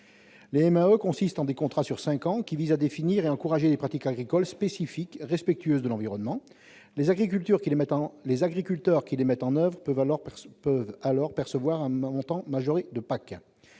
Les MAE consistent en des contrats sur cinq ans, qui tendent à définir et encourager des pratiques agricoles spécifiques, respectueuses de l'environnement. Les agriculteurs qui les mettent en oeuvre peuvent alors percevoir un montant majoré d'aides